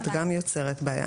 את גם יוצרת בעיה.